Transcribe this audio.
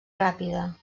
ràpida